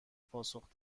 پاسخ